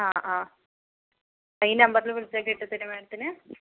ആ ആ ഈ നമ്പറിൽ വിളിച്ചാൽ കിട്ടത്തില്ലേ മാഡത്തിനെ